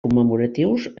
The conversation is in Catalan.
commemoratius